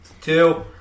Two